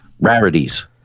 rarities